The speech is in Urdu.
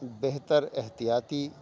بہتر احتیاطی